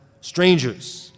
Strangers